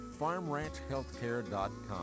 farmranchhealthcare.com